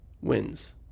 wins